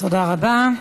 תודה רבה.